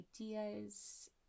ideas